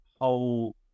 whole